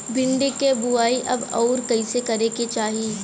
भिंडी क बुआई कब अउर कइसे करे के चाही?